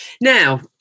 Now